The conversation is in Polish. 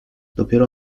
dopiero